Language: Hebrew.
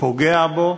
פוגע בו,